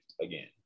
again